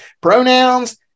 pronouns